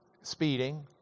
speeding